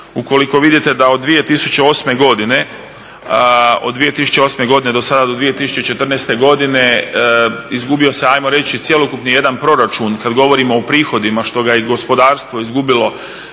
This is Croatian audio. Ukoliko vidite da od 2008.godine do sada do 2014.godine izgubio se jedan cjelokupni jedan proračun kada govorimo o prihodima što ga je gospodarstvo izgubilo